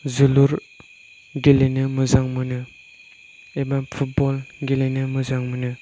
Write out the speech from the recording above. जोलुर गेलेनो मोजां मोनो एबा फुटब'ल गेलेनो मोजां मोनो